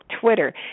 Twitter